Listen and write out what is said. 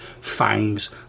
fangs